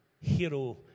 hero